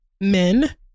men